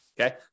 okay